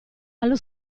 allo